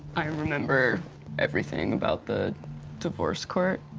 i remember everything about the divorce court.